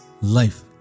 life